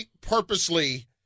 purposely